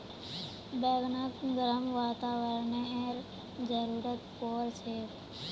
बैगनक गर्म वातावरनेर जरुरत पोर छेक